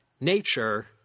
Nature